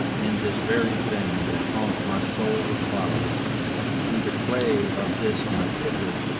in this very thing that haunts my soul with folly through the clay of this my pitcher,